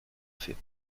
fait